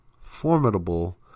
formidable